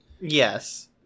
Yes